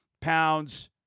pounds